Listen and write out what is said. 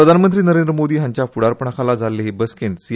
प्रधानमंत्री नरेन्द्र मोदी हाँच्या फ्डारपणाखाला जाल्ल्या हे बसकेत सी